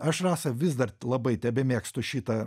aš rasa vis dar labai tebemėgstu šitą